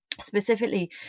specifically